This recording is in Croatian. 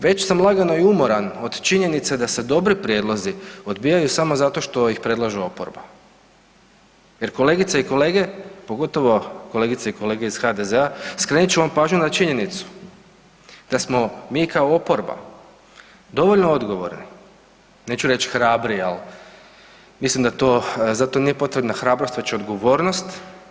Već sam lagano i umoran od činjenice da se dobri prijedlozi odbijaju samo zato što ih predlažu oporba jer kolegice i kolege, pogotovo kolegice i kolege iz HDZ-a skrenut ću vam pažnju na činjenicu da smo mi kao oporba dovoljno odgovorni, neću reći hrabri, ali mislim da za to nije potrebna hrabrost već odgovornost.